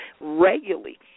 regularly